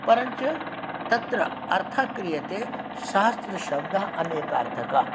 परञ्च तत्र अर्थः क्रियते सहस्रशब्दः अनेकार्थकः